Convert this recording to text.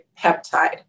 peptide